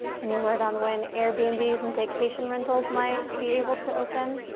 any word on when airbnb's and vacation rentals might be able to open?